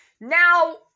Now